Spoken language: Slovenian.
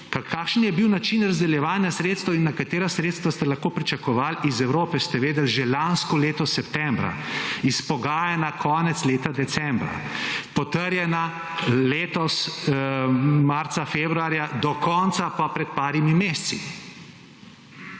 kakšen je bil način razdeljevanja sredstev in na katera sredstva ste lahko pričakovali iz Evrope, ste vedeli že lansko leto septembra, izpogajana konec leta decembra, potrjena letos marca, februarja, do konca pa pred par meseci.